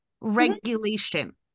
regulation